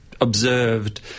observed